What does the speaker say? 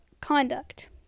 conduct